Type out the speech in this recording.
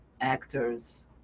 actors